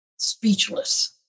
speechless